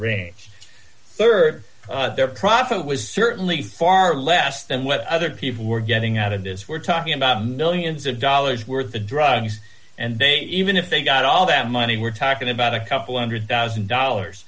rd their profit was certainly far less than what other people were getting out of this we're talking about millions of dollars worth of the drugs and they even if they got all that money we're talking about a couple one hundred thousand dollars